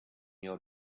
your